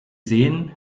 sehen